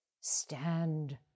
stand